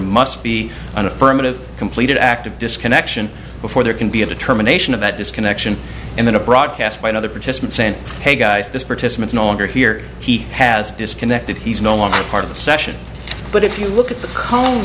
must be an affirmative completed activity connection before there can be a determination of that disconnection in a broadcast by another participant saying hey guys this participant no longer here he has disconnected he's no longer part of the session but if you look at the co